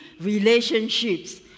relationships